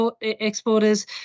exporters